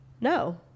no